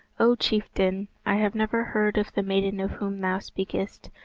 o chieftain, i have never heard of the maiden of whom thou speakest,